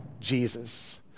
Jesus